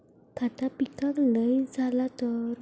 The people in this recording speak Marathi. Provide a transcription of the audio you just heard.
खता पिकाक लय झाला तर?